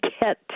get